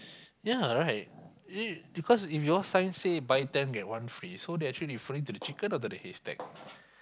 yea right because if your sign say buy ten get one free actually referring to the chicken or the haystack